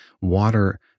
water